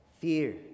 fear